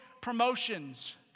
promotions